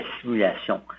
simulation